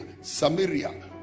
Samaria